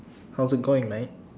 how's it going mate